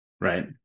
right